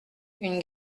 une